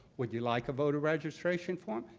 would you like a voter registration form?